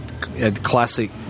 classic